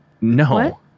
No